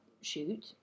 shoot